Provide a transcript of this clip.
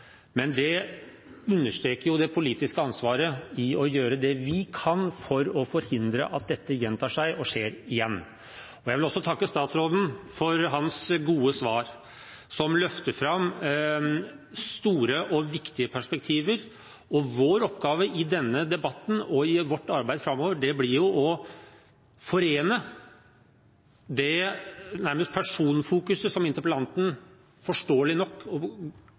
Men det understreker jo det politiske ansvaret for å gjøre det vi kan for å forhindre at dette gjentar seg og skjer igjen. Jeg vil også takke statsråden for hans gode svar, som løfter fram store og viktige perspektiver. Vår oppgave i denne debatten og i vårt arbeid framover blir å forene det nærmest personfokuset som interpellanten forståelig nok og